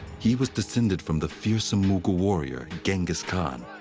he was descended from the fearsome mughal warrior, genghis khan.